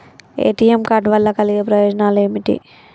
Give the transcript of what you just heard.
ATM card వల్ల కలిగే ప్రయోజనాలు ఏమిటి?